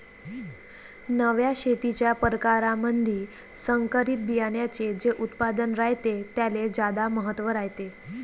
नव्या शेतीच्या परकारामंधी संकरित बियान्याचे जे उत्पादन रायते त्याले ज्यादा महत्त्व रायते